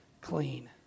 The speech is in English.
clean